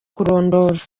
kurondora